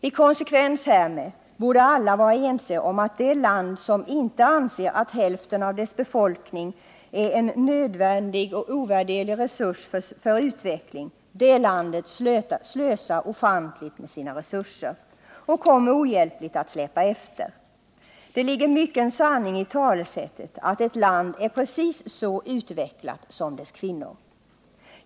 I konsekvens härmed borde alla vara ense om att det land som inte anser att hälften av dess befolkning är en nödvändig och ovärderlig resurs för utveckling — det landet slösar ofantligt med sina resurser och kommer ohjälpligt att släpa efter. Det ligger mycken sanning i talesättet att ett land är precis så utvecklat som dess kvinnor.